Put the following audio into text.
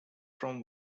from